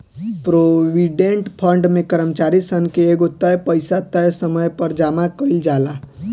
provident fund में कर्मचारी सन से एगो तय पइसा तय समय पर जामा कईल जाला